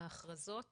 את ההכרזות